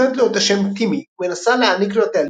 היא נותנת לו את השם טימי ומנסה להעניק לו את